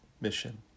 mission